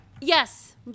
Yes